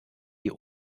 die